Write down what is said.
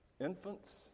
Infants